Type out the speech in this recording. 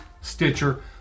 Stitcher